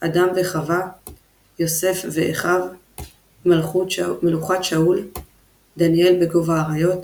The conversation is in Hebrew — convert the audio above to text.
אדם וחוה יוסף ואחיו מלוכת שאול דניאל בגוב האריות